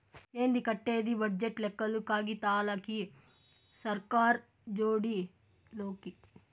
ఏంది కట్టేది బడ్జెట్ లెక్కలు కాగితాలకి, సర్కార్ జోడి లోకి